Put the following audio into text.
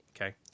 Okay